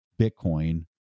Bitcoin